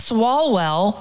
Swalwell